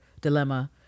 dilemma